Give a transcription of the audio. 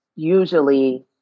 Usually